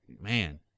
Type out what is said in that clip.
man